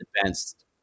advanced